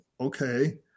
okay